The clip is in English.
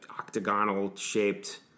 Octagonal-shaped